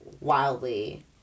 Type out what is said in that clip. wildly